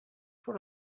one